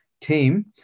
team